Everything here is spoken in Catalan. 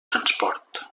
transport